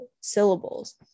syllables